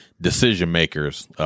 decision-makers